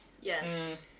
Yes